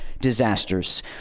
disasters